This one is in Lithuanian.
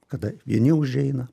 kada vieni užeina